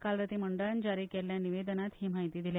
काल रातीं मंडळान जारी केल्ल्या निवेदनांत ही म्हायती दिल्या